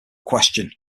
question